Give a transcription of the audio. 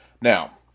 Now